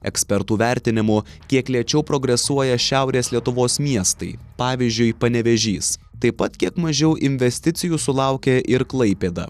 ekspertų vertinimu kiek lėčiau progresuoja šiaurės lietuvos miestai pavyzdžiui panevėžys taip pat kiek mažiau investicijų sulaukė ir klaipėda